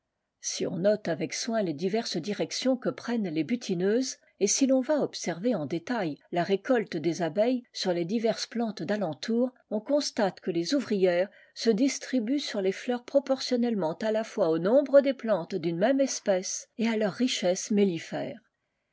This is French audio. si on note avec soin les diverses directions que prennent les butineuses et si ton va observer en détail la récolte des abeilles sur les diverses plantes d'alentour on constate que les ouvrières se distribuent sur les fleurs proportionnellement à la fois au nombre des plantes d'une même espèce et à leur richesse mellifère